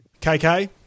KK